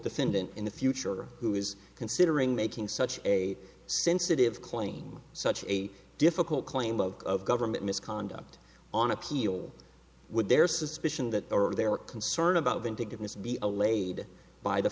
defendant in the future who is considering making such a sensitive claim such a difficult claim of government misconduct on appeal would their suspicion that are they were concerned about vindictiveness be allayed by the